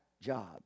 job